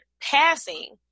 passing